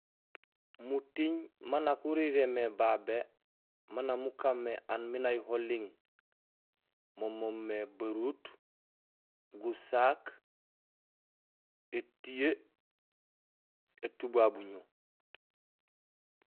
Muting maan nak urirénaal mé babé ma nak mukaan mé aan miin uyuho ling mo moomé baruut, gusaak, étuyee, étubabuño